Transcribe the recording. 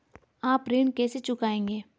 आप ऋण कैसे चुकाएंगे?